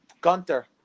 Gunter